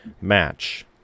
match